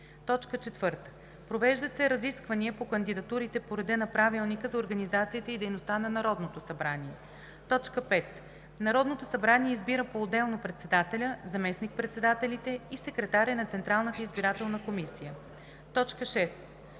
4. Провеждат се разисквания по кандидатурите по реда на Правилника за организацията и дейността на Народното събрание. 5. Народното събрание избира поотделно председателя, заместник-председателите и секретаря на Централната избирателна комисия. 6.